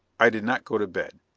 i did not go to bed.